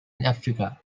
africa